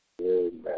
Amen